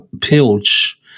Pilch